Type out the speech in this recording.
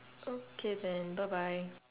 okay then bye bye